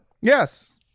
yes